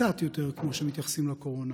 קצת יותר כמו שמתייחסים לקורונה.